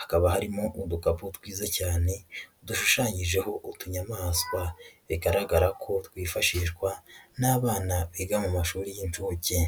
hakaba harimodugabo twiza cyane dushushanyijeho utunyamaswa, bigaragara ko twifashishwa n'abana biga mu mashuri y'incuke.